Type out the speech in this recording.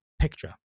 picture